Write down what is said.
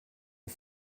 ont